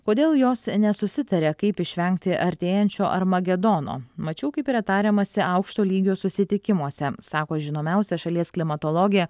kodėl jos nesusitaria kaip išvengti artėjančio armagedono mačiau kaip yra tariamasi aukšto lygio susitikimuose sako žinomiausia šalies klimatologė